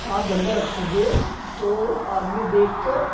आप गन्दा रखोगे तो आदमी देखकर